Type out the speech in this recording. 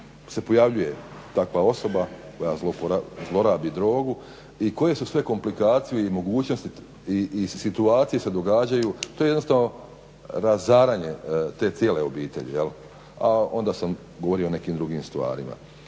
se pojavljuje takva osoba koja zlorabi drogu i koje su sve komplikacije i mogućnosti i situacije se događaju, to je jednostavno razaranje te cijele obitelji. A onda sam govorio i o nekim drugim stvarima.